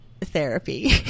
therapy